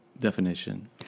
definition